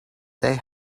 they